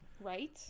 Right